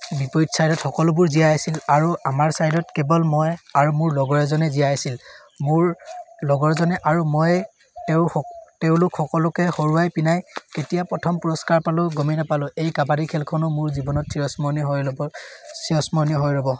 বিপৰীত ছাইডত সকলোবোৰ জীয়াই আছিল আৰু আমাৰ ছাইডত কেৱল মই আৰু মোৰ লগৰ এজনে জীয়াই আছিল মোৰ লগৰজনে আৰু মই তেওঁ তেওঁলোক সকলোকে হৰুৱাই পিনাই কেতিয়া প্ৰথম পুৰস্কাৰ পালোঁ গমেই নাপালোঁ এই কাবাডী খেলখনো মোৰ জীৱনত চিৰস্মৰণীয় হৈ ৰ'ল চিৰস্মৰণীয় হৈ ৰ'ব